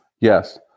Yes